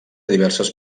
diverses